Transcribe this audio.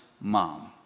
mom